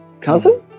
cousin